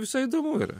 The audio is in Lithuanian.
visai įdomu yra